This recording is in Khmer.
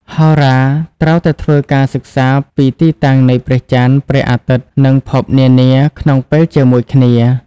ហោរាត្រូវតែធ្វើការសិក្សាពីទីតាំងនៃព្រះចន្ទ ព្រះអាទិត្យ និងភពនានាក្នុងពេលជាមួយគ្នា។